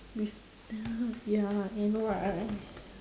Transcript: it's ya ya I know right